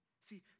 see